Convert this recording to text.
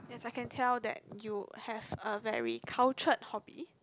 yes I can tell that you have a very cultured hobby